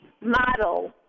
model